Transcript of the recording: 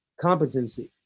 competency